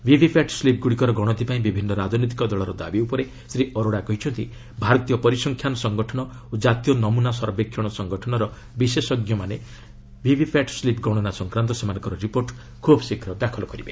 VVPAT ସ୍କିପ୍ଗୁଡ଼ିକର ଗଣତି ପାଇଁ ବିଭିନ୍ନ ରାଜନୈତିକ ଦଳର ଦାବି ଉପରେ ଶ୍ରୀ ଅରୋଡା କହିଛନ୍ତି ଭାରତୀୟ ପରିସଂଖ୍ୟାନ ସଂଗଠନ ଓ କ୍ଷାତୀୟ ନମୁନା ସର୍ବେକ୍ଷଣ ସଂଗଠନର ବିଶେଷଜ୍ଞମାନେ ଭିଭି ପ୍ୟାଟ୍ ସ୍ଲିପ୍ ଗଣନା ସଂକ୍ରାନ୍ତ ସେମାନଙ୍କର ରିପୋର୍ଟ ଖୁବ୍ ଶୀଘ୍ର ଦାଖଲ କରିବେ